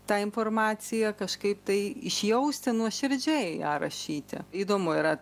tą informaciją kažkaip tai išjausti nuoširdžiai ją rašyti įdomu yra